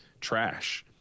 trash